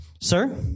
Sir